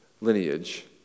lineage